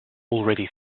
already